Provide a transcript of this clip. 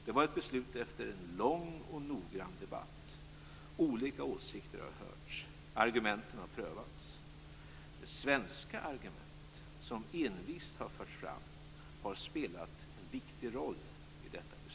Det var ett beslut efter en lång och noggrann debatt. Olika åsikter har hörts. Argumenten har prövats. De svenska argument som envist har förts fram har spelat en viktig roll i detta beslut.